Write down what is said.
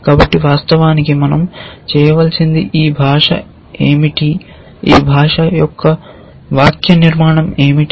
కాబట్టి వాస్తవానికి మనం చేయవలసింది ఈ భాష ఏమిటి ఈ భాష యొక్క వాక్యనిర్మాణం ఏమిటి